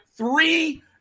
Three